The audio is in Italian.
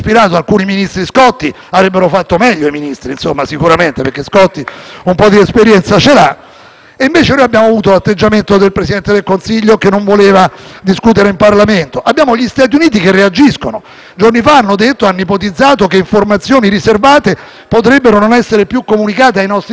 Invece noi abbiamo avuto l'atteggiamento del Presidente del Consiglio che non voleva discutere in Parlamento. Abbiamo gli Stati Uniti che reagiscono. Giorni fa hanno ipotizzato che informazioni riservate potrebbero non essere più comunicate ai nostri Servizi segreti. Con il terrorismo fondamentalista in giro, isolarsi dal sistema di sicurezza